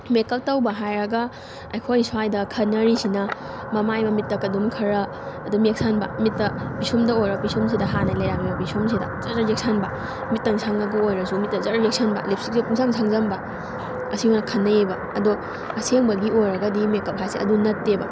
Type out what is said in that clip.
makeup ꯇꯧꯕ ꯍꯥꯏꯔꯒ ꯑꯩꯈꯣꯏ ꯁ꯭ꯋꯥꯏꯗ ꯈꯟꯅꯔꯤꯁꯤꯅ ꯃꯃꯥꯏ ꯃꯃꯤꯠꯇ ꯑꯗꯨꯝ ꯈꯔ ꯑꯗꯨꯝ ꯌꯦꯛꯁꯟꯕ ꯃꯤꯠꯇ ꯄꯤꯁꯨꯝꯗ ꯑꯣꯏꯔꯣ ꯄꯤꯁꯨꯝꯁꯤꯗ ꯍꯥꯟꯅ ꯂꯩꯔꯝꯃꯤꯕ ꯄꯤꯁꯨꯝꯁꯤꯗ ꯖꯔ ꯖꯔ ꯌꯦꯛꯁꯟꯕ ꯃꯤꯠꯇꯪ ꯁꯪꯉꯒ ꯑꯣꯏꯔꯁꯨ ꯃꯤꯠꯇ ꯖꯔ ꯌꯦꯛꯁꯟꯕ ꯂꯤꯞ ꯁ꯭ꯇꯤꯛꯁꯦ ꯄꯨꯡꯁꯡ ꯁꯪꯖꯟꯕ ꯑꯁꯤꯃꯥꯏꯅ ꯈꯟꯅꯩꯑꯕ ꯑꯗꯣ ꯑꯁꯦꯡꯕꯒꯤ ꯑꯣꯏꯔꯒꯗꯤ ꯃꯦꯀꯞ ꯍꯥꯏꯁꯦ ꯑꯗꯨ ꯅꯠꯇꯦꯕ